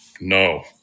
No